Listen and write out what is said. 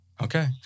Okay